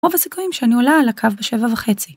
רוב הסיכויים שאני עולה על הקו בשבע וחצי.